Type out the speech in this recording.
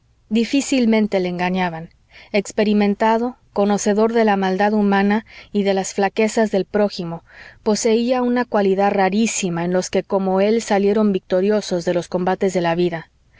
difícilmente le engañaban experimentado conocedor de la maldad humana y de las flaquezas del prójimo poseía una cualidad rarísima en los que como él salieron victoriosos de los combates de la vida